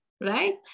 right